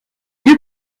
deux